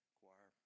Choir